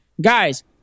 guys